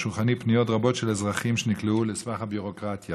שולחני פניות רבות של אזרחים שנקלעו לסבך הביורוקרטיה.